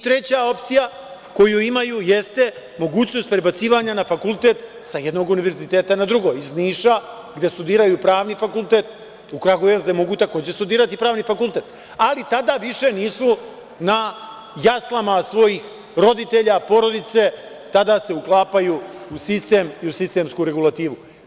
Treća opcija koju imaju jeste mogućnost prebacivanja na fakultet sa jednog univerziteta na drugi, iz Niša, gde studiraju Pravni fakultet, u Kragujevac, gde mogu, takođe, studirati Pravni fakultet, ali tada više nisu na jaslama svojih roditelja, porodice, tada se uklapaju u sistem i u sistemsku regulativu.